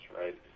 right